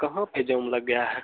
कहाँ पे जाम लग गया है